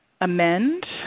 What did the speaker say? amend